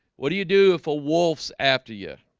what do you do if a wolf's after you?